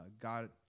God